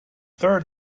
third